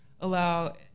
allow